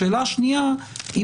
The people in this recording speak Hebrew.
השאלה השנייה היא,